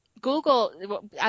Google